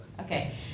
Okay